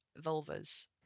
vulvas